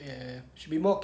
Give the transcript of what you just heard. err should be more